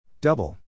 Double